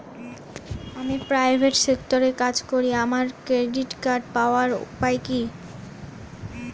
আমি প্রাইভেট সেক্টরে কাজ করি আমার ক্রেডিট কার্ড পাওয়ার উপায় কি?